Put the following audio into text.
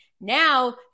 Now